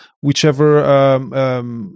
whichever